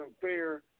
fair